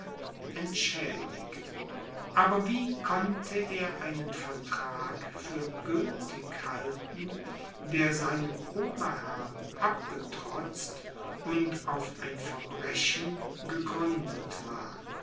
entschädigt aber wie konnte er einen vertrag für gültig halten der seinem oberherrn abgetrotzt und auf ein verbrechen gegründet war